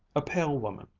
a pale woman,